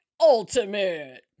Ultimate